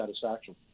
satisfaction